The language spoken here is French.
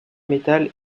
metal